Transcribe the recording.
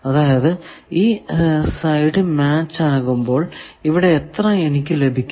അതായതു ഈ side match ആകുമ്പോൾ ഇവിടെ എത്ര എനിക്ക് ലഭിക്കും